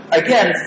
again